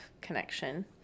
connection